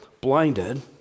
blinded